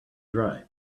dry